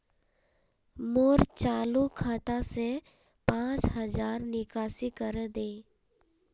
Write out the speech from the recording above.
मोर चालु खाता से पांच हज़ारर निकासी करे दे